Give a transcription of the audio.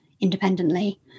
independently